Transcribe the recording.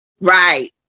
right